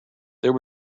there